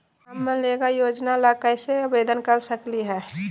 हम मनरेगा योजना ला कैसे आवेदन कर सकली हई?